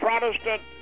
Protestant